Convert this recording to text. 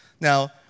Now